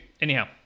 Anyhow